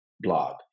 blog